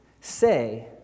say